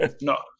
No